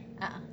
ah ah